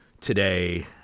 today